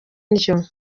indyo